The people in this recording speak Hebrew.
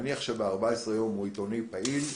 נניח שב-14 יום הוא עיתונאי פעיל,